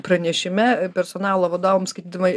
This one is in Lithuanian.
pranešime personalo vadovams skaitydama